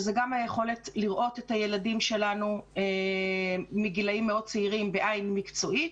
שזו גם היכולת לראות את הילדים שלנו מגילים מאוד צעירים בעין מקצועית